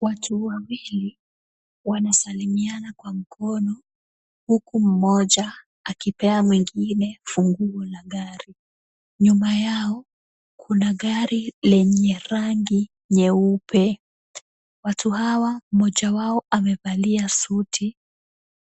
Watu wawili wanasalimiana kwa mkono, huku mmoja akipea mwingine funguo la gari. Nyuma yao kuna gari lenye rangi nyeupe. Watu hawa mmoja wao amevalia suti